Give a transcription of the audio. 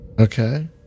Okay